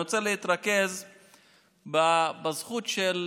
אני רוצה להתרכז בזכות לעזרה